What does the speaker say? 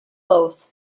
both